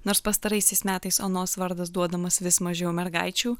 nors pastaraisiais metais onos vardas duodamas vis mažiau mergaičių